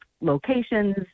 locations